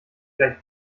gleich